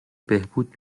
بهبود